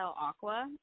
aqua